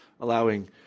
allowing